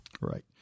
Right